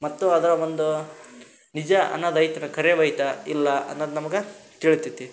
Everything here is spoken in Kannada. ಮತ್ತು ಅದರ ಒಂದು ನಿಜ ಅನ್ನೋದು ಐತೇನು ಖರೆ ಐತ ಇಲ್ಲ ಅನ್ನೋದು ನಮ್ಗೆ ತಿಳೀತದೆ